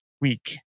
week